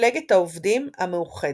מפלגת העובדים המאוחדת.